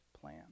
plan